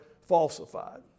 falsified